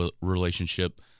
relationship